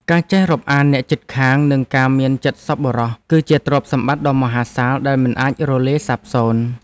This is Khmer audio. ការចេះរាប់អានអ្នកជិតខាង និងការមានចិត្តសប្បុរស គឺជាទ្រព្យសម្បត្តិដ៏មហាសាលដែលមិនអាចរលាយសាបសូន្យ។